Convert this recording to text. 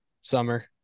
summer